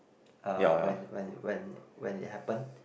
uh when when when when it happen